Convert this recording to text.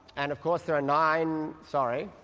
and of course there are nine. sorry,